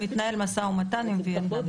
מתנהל משא ומתן עם וייטנאם,